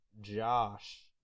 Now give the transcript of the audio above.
Josh